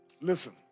Listen